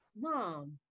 mom